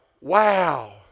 wow